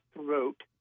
throat